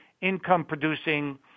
income-producing